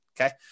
Okay